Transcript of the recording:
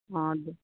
অঁ